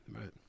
right